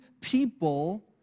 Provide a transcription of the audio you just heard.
people